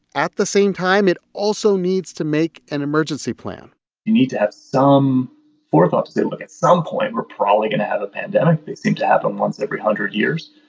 at the same time, it also needs to make an emergency plan you need to have some forethought to say, look at some point, we're probably going to have a pandemic. they seem to happen once every hundred years.